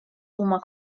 huma